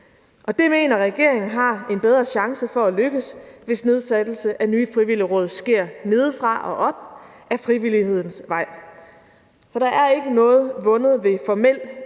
Og det mener regeringen har en bedre chance for at lykkes, hvis nedsættelse af nye frivillige råd sker nedefra og op, ad frivillighedens vej. For der er ikke noget vundet ved formel inddragelse